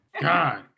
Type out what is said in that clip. God